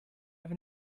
have